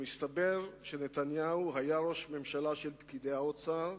מסתבר שנתניהו היה ראש הממשלה של פקידי האוצר,